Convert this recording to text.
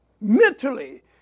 Mentally